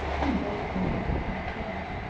he broke into a soft laugh.